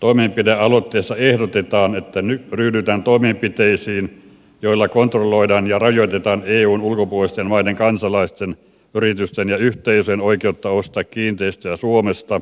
toimenpidealoitteessa ehdotetaan että ryhdytään toimenpiteisiin joilla kontrolloidaan ja rajoitetaan eun ulkopuolisten maiden kansalaisten yritysten ja yhteisöjen oikeutta ostaa kiinteistöjä suomesta